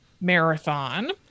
marathon